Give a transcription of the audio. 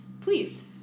Please